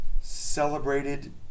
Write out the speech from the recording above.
celebrated